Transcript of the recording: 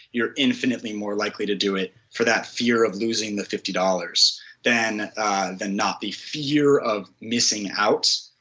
you're infinitely more likely to do it for that fear of losing the fifty dollars than than not the fear of missing out,